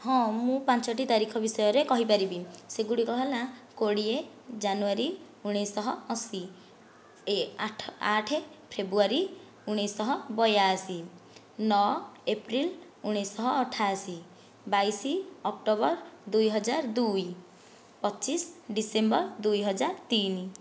ହଁ ମୁଁ ପାଞ୍ଚଟି ତାରିଖ ବିଷୟରେ କହିପାରିବି ସେଗୁଡ଼ିକ ହେଲା କୋଡ଼ିଏ ଜାନୁୟାରୀ ଉଣେଇଶହ ଅଶି ଆଠ ଫେବୃୟାରୀ ଉଣେଇଶହ ବୟାଅଶି ନଅ ଏପ୍ରିଲ ଉଣେଇଶହ ଅଠାଅଶି ବାଇଶି ଅକ୍ଟୋବର ଦୁଇହଜାରଦୁଇ ପଚିଶ ଡିସେମ୍ବର ଦୁଇହଜାରତିନି